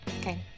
Okay